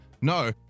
no